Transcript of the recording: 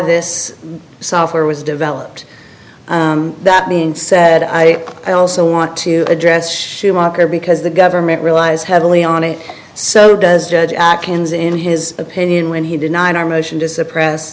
this software was developed that being said i also want to address schumacher because the government relies heavily on it so does judge actions in his opinion when he denied our motion to suppress